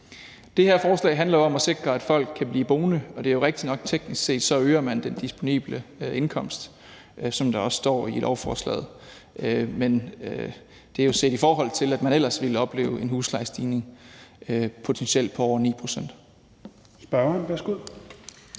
Det her forslag handler jo om at sikre, at folk kan blive boende. Det er jo rigtigt nok, at man teknisk set øger den disponible indkomst, som der også står i lovforslaget, men det skal jo ses, i forhold til at man ellers ville opleve en huslejestigning potentielt på over 9 pct.